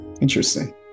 Interesting